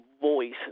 voice